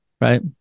Right